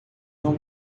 não